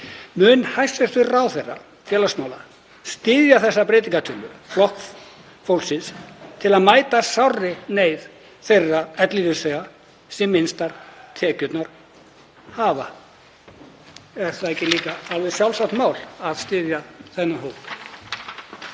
Mun hæstv. ráðherra félagsmála styðja þá breytingartillögu Flokks fólksins til að mæta sárri neyð þeirra ellilífeyrisþega sem minnstar tekjur hafa? Er það ekki líka alveg sjálfsagt mál að styðja þennan hóp?